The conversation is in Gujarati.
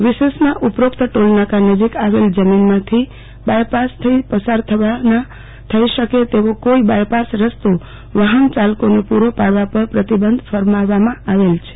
વિશેષમાં ઉપરોક્ત ટોલનાકા નજીક આવેલ જમીનમાંથી બાયપાસ થઈ પસાર થઈ શકે તેવો કોઈ બાયપાસ રસ્તો વાહન યાલકોને પુરો પાડવા પર પ્રતિબંધ ફરમાવેલ છે